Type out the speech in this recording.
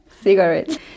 cigarettes